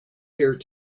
here